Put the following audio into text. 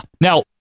now